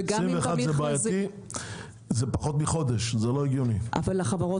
הם מגישים את החשבונית רק בתום חודש, ואז זה אחרי